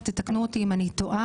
רק תתקנו אותי אם אני טועה,